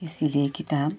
इसीलिए किताब